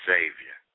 Savior